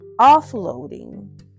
offloading